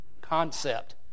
concept